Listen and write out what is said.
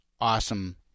awesome